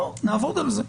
נעבוד על זה.